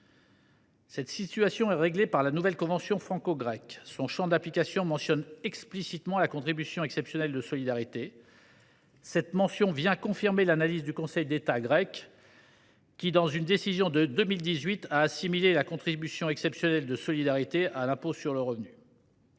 Cette situation est réglée par la nouvelle convention franco grecque. Son champ d’application mentionne explicitement la contribution exceptionnelle de solidarité. Cette mention vient confirmer l’analyse du Conseil d’État grec, qui, dans une décision de 2018, a assimilé la contribution exceptionnelle de solidarité à l’impôt sur le revenu.